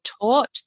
taught